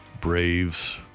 Braves